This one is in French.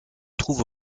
trouve